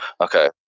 Okay